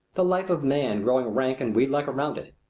the life of man growing rank and weedlike around it.